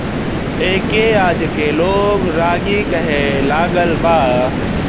एके आजके लोग रागी कहे लागल बा